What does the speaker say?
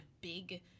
big